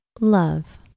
love